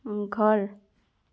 घर